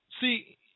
See